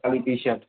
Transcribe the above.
ख़ाली T shirt